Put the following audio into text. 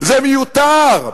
זה מיותר.